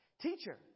Teacher